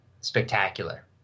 spectacular